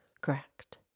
Correct